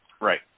Right